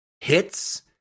hits